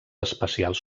espacials